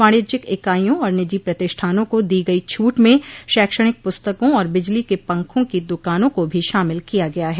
वाणिज्यिक इकाइयों और निजी प्रतिष्ठानों का दी गई छूट में शैक्षणिक पुस्तकों और बिजली के पंखों की दुकानों को भी शामिल किया गया है